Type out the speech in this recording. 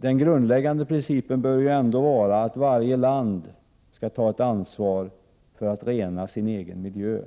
Den grundläggande principen bör ändå vara att varje land skall ta ett ansvar för att rena sin egen miljö.